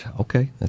Okay